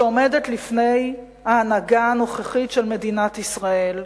שעומדת לפני ההנהגה הנוכחית של מדינת ישראל,